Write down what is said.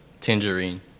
Tangerine